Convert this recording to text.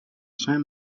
shine